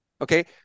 Okay